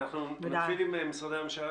חברת הכנסת ח'טיב